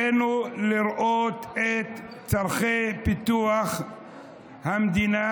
עלינו לראות את צורכי פיתוח המדינה,